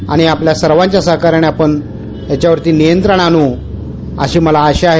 आणि आपल्या सर्वांच्या सहकार्यानं आपण याच्यावर नियंत्रण आणू अशी मला आशा आहे